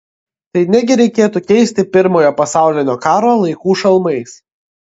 tai negi reikėtų keisti pirmojo pasaulinio karo laikų šalmais